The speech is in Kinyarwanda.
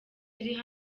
iriho